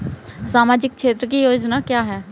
सामाजिक क्षेत्र की योजना क्या है?